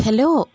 hello